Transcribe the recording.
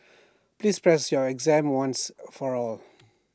please pass your exam once and for all